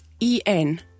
en